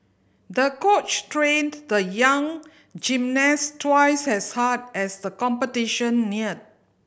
the coach trained the young gymnast twice as hard as the competition neared